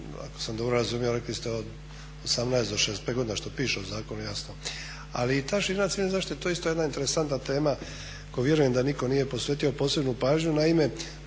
ako sam dobro razumio rekli ste od 18 do 65 godina što piše u zakonu, jasno. Ali i ta širina civilne zaštite to je isto jedna interesantna tema kojoj vjerujem da nitko nije posvetio posebnu pažnju, naime,